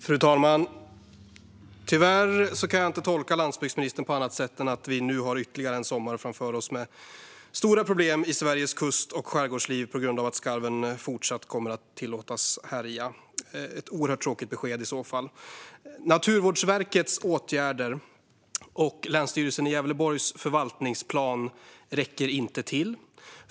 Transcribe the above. Fru talman! Tyvärr kan jag inte tolka landsbygdsministern på något annat sätt än att vi nu har ytterligare en sommar framför oss med stora problem i Sveriges kust och skärgårdsliv på grund av att skarven även i fortsättningen kommer att tillåtas härja. Det är i så fall ett oerhört tråkigt besked. Naturvårdsverkets åtgärder och förvaltningsplanen från länsstyrelsen i Gävleborg räcker inte till.